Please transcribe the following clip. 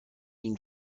ihn